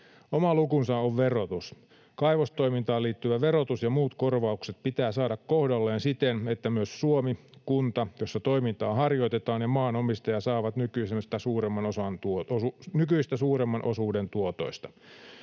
Oma lukunsa on verotus. Kaivostoimintaan liittyvä verotus ja muut korvaukset pitää saada kohdalleen siten, että myös Suomi ja kunta, jossa toimintaa harjoitetaan, sekä maanomistaja saavat nykyistä suuremman osuuden tuotoista.